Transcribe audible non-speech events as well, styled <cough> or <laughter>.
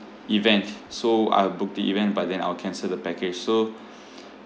event so I'll book the event but then I'll cancel the package so <breath>